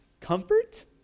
Comfort